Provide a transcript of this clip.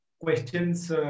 questions